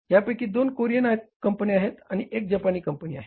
ह्यापैकी दोन कोरियन कंपन्या आहेत आणि एक जपानी कंपनी आहे